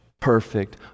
perfect